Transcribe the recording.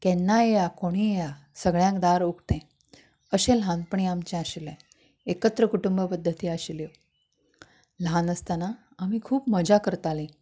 केन्नाय येया कोणीय येया सगळ्यांक दार उकतें अशें ल्हानपणी आमचे आशिल्ले एकत्र कुटूंब पद्दती आशिल्ल्यो ल्हान आसतना आमी खूब मजा करतालीं